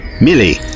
Millie